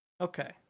Okay